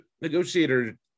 Negotiator